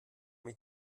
mich